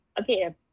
okay